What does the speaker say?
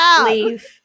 leave